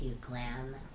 glam